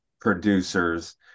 producers